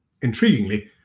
Intriguingly